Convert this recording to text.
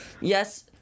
Yes